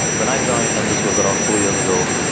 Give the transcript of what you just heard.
when i joined, and this was around four years ago,